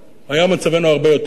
היה מצבנו הרבה יותר טוב.